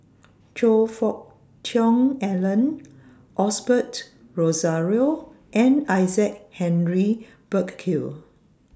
Choe Fook Cheong Alan Osbert Rozario and Isaac Henry Burkill